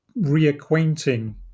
reacquainting